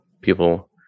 people